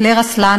קליר אסלן,